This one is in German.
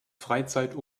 freizeit